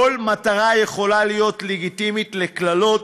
כל מטרה יכולה להיות לגיטימית לקללות,